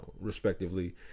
respectively